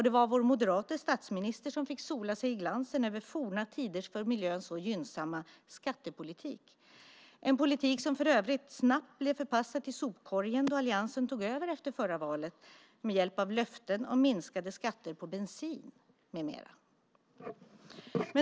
Det var vår moderate statsminister som fick sola sig i glansen över forna tiders för miljön så gynnsamma skattepolitik - en politik som för övrigt snabbt blev förpassad till sopkorgen då alliansen tog över efter förra valet med hjälp av löften om minskade skatter på bensin med mera.